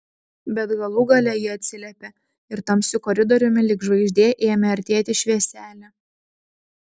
bet galų gale ji atsiliepė ir tamsiu koridoriumi lyg žvaigždė ėmė artėti švieselė